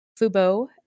Fubo